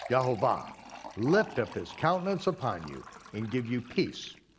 yehovah lift up his countenance upon you and give you peace.